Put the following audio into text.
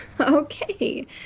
Okay